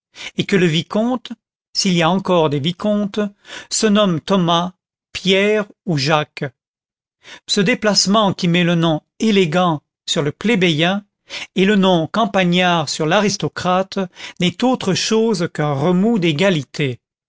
et que le vicomte sil y a encore des vicomtes se nomme thomas pierre ou jacques ce déplacement qui met le nom élégant sur le plébéien et le nom campagnard sur l'aristocrate n'est autre chose qu'un remous d'égalité